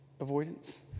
avoidance